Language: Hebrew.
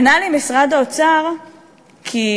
ענה לי משרד האוצר כי,